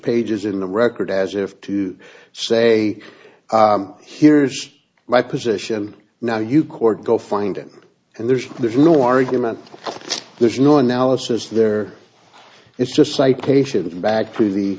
pages in the record as if to say here's my position now you court go find it and there's no there's no argument there's no analysis there it's just citation back to the